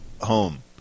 home